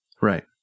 Right